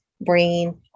brain